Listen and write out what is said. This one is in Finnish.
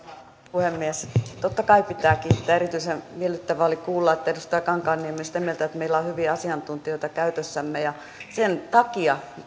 puhemies totta kai pitää kiittää erityisen miellyttävää oli kuulla että edustaja kankaanniemi on sitä mieltä että meillä on hyviä asiantuntijoita käytössämme sen takia